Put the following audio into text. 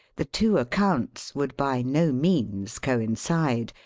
the two accounts would by no means coin cide,